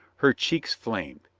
her cheeks flamed.